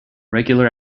regular